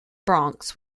bronx